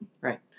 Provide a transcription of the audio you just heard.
Right